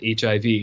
HIV